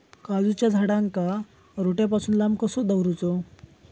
काजूच्या झाडांका रोट्या पासून लांब कसो दवरूचो?